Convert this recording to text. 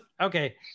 Okay